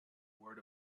word